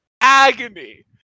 agony